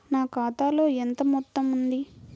నా ఖాతాలో ఎంత మొత్తం ఉంది?